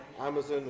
amazon